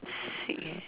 sick eh